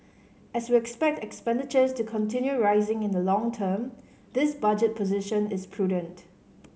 as we expect expenditures to continue rising in the long term this budget position is prudent